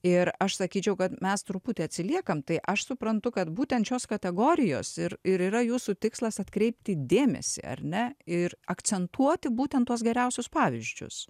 ir aš sakyčiau kad mes truputį atsiliekame tai aš suprantu kad būtent šios kategorijos ir ir yra jūsų tikslas atkreipti dėmesį ar ne ir akcentuoti būtent tuos geriausius pavyzdžius